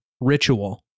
ritual